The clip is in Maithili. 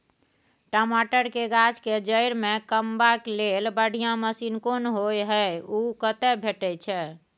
टमाटर के गाछ के जईर में कमबा के लेल बढ़िया मसीन कोन होय है उ कतय भेटय छै?